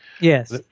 yes